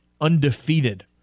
undefeated